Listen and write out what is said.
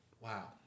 Wow